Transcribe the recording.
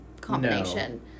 combination